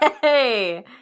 Hey